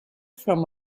from